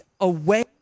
away